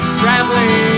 traveling